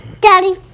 Daddy